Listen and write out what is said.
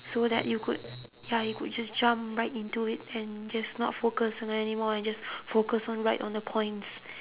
so that you could ya you could just jump right into it and just not focus on anymore and just focus on right on the points